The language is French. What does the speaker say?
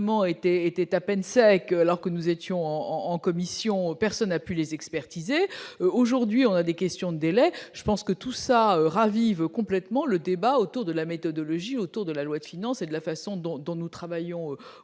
était à peine sec alors que nous étions en en commission, personne n'a pu les expertises et aujourd'hui on a des questions délai je pense que tout ça ravive complètement le débat autour de la méthodologie autour de la loi de finance et de la façon dont dont nous travaillons aujourd'hui